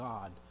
God